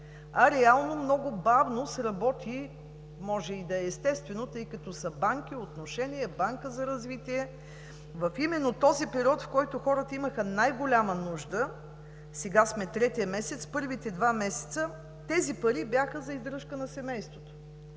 а реално много бавно сработи. Може и да е естествено, тъй като са банки, отношения, Банка за развитие именно в този период, в който хората имаха най-голяма нужда, сега сме третия месец, а първите два месеца тези пари бяха за издръжка на семейството